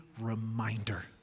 reminder